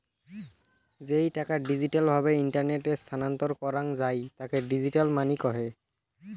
যেই টাকা ডিজিটাল ভাবে ইন্টারনেটে স্থানান্তর করাঙ যাই তাকে ডিজিটাল মানি কহে